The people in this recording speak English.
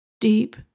deep